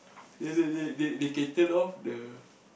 they they they they can turn off the